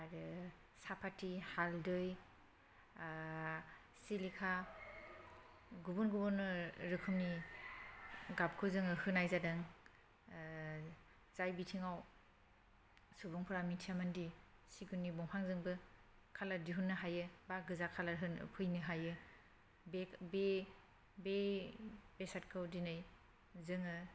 आरो साफाथि हाल्दै सेलेखा गुबुन गुबुन रोखोमनि गाबखौ जोङो होनाय जादों जाय बिथिङाव सुबुंफोरा मिथियामोन दि सिगुननि दंफांजोंबो कालार दिहु्ननो हायो एबा गोजा कालार होनो फैनो हायो बे बेसादखौ दिनै जोङो